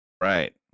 Right